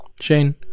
Shane